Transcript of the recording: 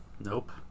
Nope